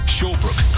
Shawbrook